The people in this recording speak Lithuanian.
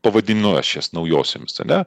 pavadinu aš jas naujosiomis ane